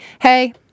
hey